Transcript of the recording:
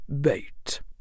bait